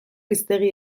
hiztegi